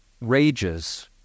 rages